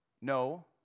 no